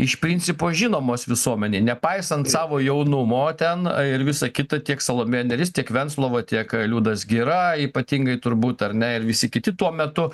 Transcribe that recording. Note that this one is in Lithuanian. iš principo žinomos visuomenei nepaisant savo jaunumo ten ir visa kita tiek salomėja nėris tiek venclova tiek liudas gira ypatingai turbūt ar ne ir visi kiti tuo metu